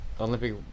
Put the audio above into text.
olympic